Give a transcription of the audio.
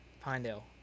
Pinedale